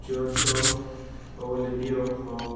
church of our lady of mountain